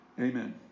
Amen